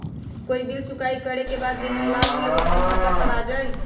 कोई बिल चुकाई करे के बाद जेहन लाभ होल उ अपने खाता पर आ जाई?